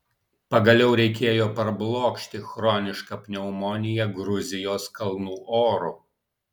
pagaliau reikėjo parblokšti chronišką pneumoniją gruzijos kalnų oru